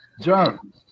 John